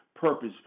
purpose